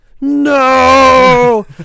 No